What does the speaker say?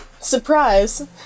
Surprise